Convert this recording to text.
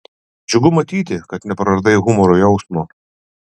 džiugu matyti kad nepraradai humoro jausmo